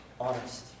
honest